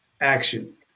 action